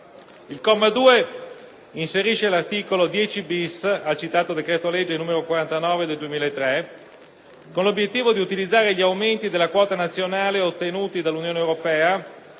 Il comma 2 inserisce l'articolo 10*-bis* al citato decreto-legge n. 49 del 2003, con l'obiettivo di utilizzare gli aumenti della quota nazionale ottenuti dall'Unione europea